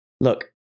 Look